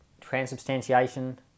transubstantiation